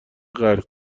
غرق